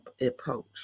approach